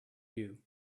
you